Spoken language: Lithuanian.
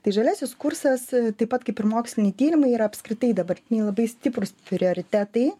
tai žaliasis kursas taip pat kaip ir moksliniai tyrimai yra apskritai dabartiniai labai stiprūs prioritetai